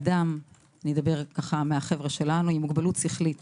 אדם עם מוגבלות שכלית